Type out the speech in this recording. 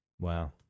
Wow